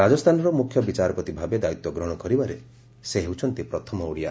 ରାକସ୍ଚାନର ମୁଖ୍ୟବିଚାରପତି ଭାବେ ଦାୟିତ୍ୱ ଗ୍ରହଣ କରିବାରେ ସେ ହେଉଛନ୍ତି ପ୍ରଥମ ଓଡ଼ିଆ